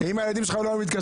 אם הילדים שלך לא היו מתקשרים,